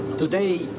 Today